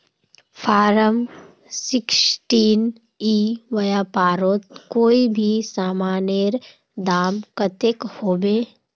Form sixteen ई व्यापारोत कोई भी सामानेर दाम कतेक होबे?